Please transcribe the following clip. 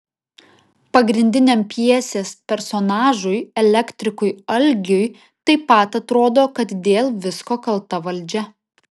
pagrindiniam pjesės personažui elektrikui algiui taip pat atrodo kad dėl visko kalta valdžia